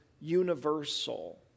universal